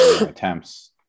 attempts